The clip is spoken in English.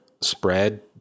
spread